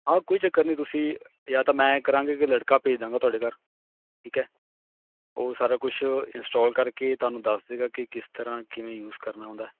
ਹਾਂ ਕੋਈ ਚੱਕਰ ਨਹੀਂ ਤੁਸੀਂ ਜਾਂ ਤਾਂ ਮੈਂ ਐਂ ਕਰਾਂਗਾ ਕਿ ਲੜਕਾ ਭੇਜ ਦਾਂਗਾ ਤੁਹਾਡੇ ਘਰ ਠੀਕ ਹੈ ਉਹ ਸਾਰਾ ਕੁਛ ਇੰਸਟਾਲ ਕਰਕੇ ਤੁਹਾਨੂੰ ਦੱਸ ਦੇਗਾ ਕਿ ਕਿਸ ਤਰ੍ਹਾਂ ਕਿਵੇਂ ਯੂਜ ਕਰਨਾ ਉਹਦਾ